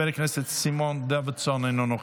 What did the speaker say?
חבר הכנסת סימון דוידסון,